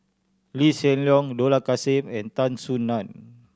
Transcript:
Lee Hsien Loong Dollah Kassim and Tan Soo Nan